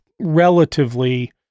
relatively